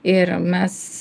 ir mes